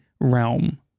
realm